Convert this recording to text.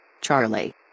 Charlie